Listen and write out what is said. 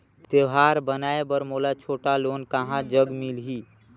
त्योहार मनाए बर मोला छोटा लोन कहां जग मिलही?